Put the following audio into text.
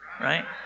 right